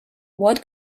what